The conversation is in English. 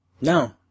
No